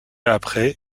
après